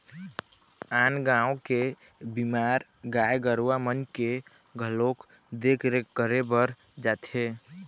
आन गाँव के बीमार गाय गरुवा मन के घलोक देख रेख करे बर जाथे